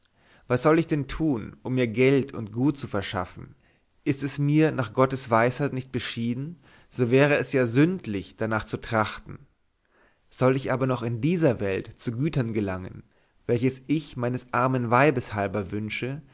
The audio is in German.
was soll ich denn tun um mir geld und gut zu verschaffen ist es mir nach gottes weisheit nicht beschieden so wäre es ja sündlich darnach zu trachten soll ich aber noch in dieser welt zu gütern gelangen welches ich meines armen weibes halber wünsche